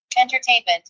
entertainment